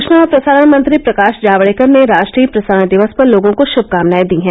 सूचना और प्रसारण मंत्री प्रकाश जावड़ेकर ने राष्ट्रीय प्रसारण दिवस पर लोगों को शुभकामनाए दी हैं